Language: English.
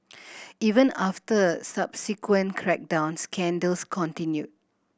even after a subsequent crackdown scandals continued